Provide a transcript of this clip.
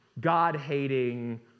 God-hating